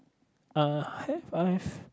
uh have I have